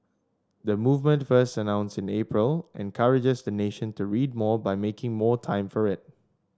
the movement first announced in April encourages the nation to read more by making more time for it